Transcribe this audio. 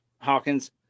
Hawkins